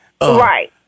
Right